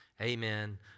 amen